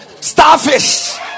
starfish